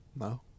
No